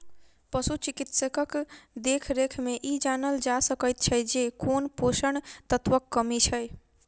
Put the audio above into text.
पशु चिकित्सकक देखरेख मे ई जानल जा सकैत छै जे कोन पोषण तत्वक कमी छै